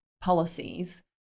policies